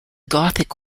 gothic